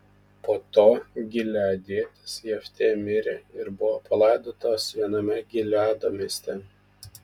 po to gileadietis jeftė mirė ir buvo palaidotas viename gileado mieste